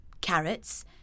Carrots